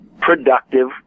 productive